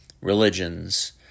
religions